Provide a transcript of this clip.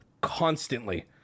constantly